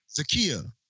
Zakia